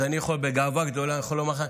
אז אני יכול לומר לכם